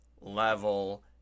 level